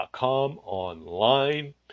online